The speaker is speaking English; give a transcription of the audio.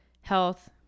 health